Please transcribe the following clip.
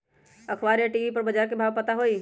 अखबार या टी.वी पर बजार के भाव पता होई?